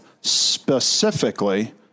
specifically